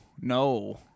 no